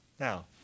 Now